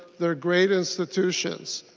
they are great institutions.